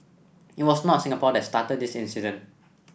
it was not Singapore that started this incident